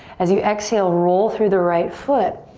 as you exhale, roll through the right foot.